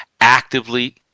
actively